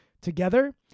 together